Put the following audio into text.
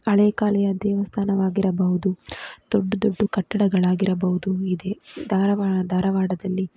ಹಳೆ ಕಾಲೆಯ ದೇವಸ್ಥಾನವಾಗಿರಬಹುದು ದೊಡ್ಡ ದೊಡ್ಡ ಕಟ್ಟಡಗಳಾಗಿರಬಹುದು ಇದೆ ಧಾರವಾಡ ಧಾರವಾಡದಲ್ಲಿ